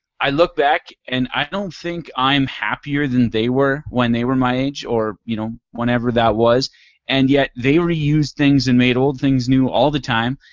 i look back and i don't think i'm happier than they were when they were my age or you know whenever that was and yet, they reuse things and made old things new all the time.